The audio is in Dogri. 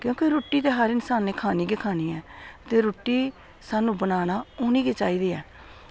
दिक्खो रुट्टी ते हर इन्सान नै खानी गै खानी ऐ ते रुट्टी स्हानू बनाना औनी गै चाहिदी ऐ